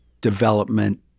development